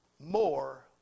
More